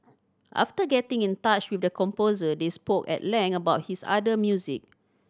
after getting in touch with the composer they spoke at length about his other music